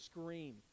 scream